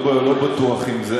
לא בטוח אם זה,